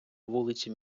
вулиці